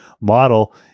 model